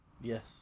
Yes